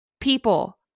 People